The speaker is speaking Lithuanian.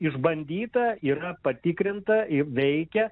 išbandyta yra patikrinta i veikia